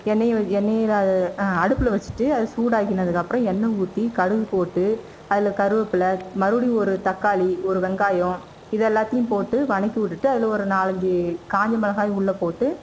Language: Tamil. எண்ணெயும் எண்ணெயும் அ அடுப்பில் வச்சிவிட்டு அது சூடாகினதுக்கு அப்புறம் எண்ணெய் ஊற்றி கடுகு போட்டு அதில் கருவேப்பில்லை மறுபடியும் ஒரு தக்காளி ஒரு வெங்காயம் இது எல்லாத்தையும் போட்டு வணக்கிவிட்டுட்டு அதில் ஒரு நாலஞ்சு காஞ்ச மிளகாயும் உள்ளே போட்டு